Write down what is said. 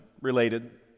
related